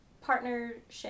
partnership